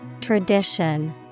Tradition